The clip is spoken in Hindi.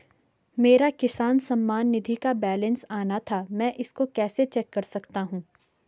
मेरा किसान सम्मान निधि का बैलेंस आना था मैं इसको कैसे चेक कर सकता हूँ?